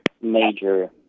major